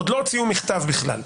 עוד לא הוציאו מכתב בכלל.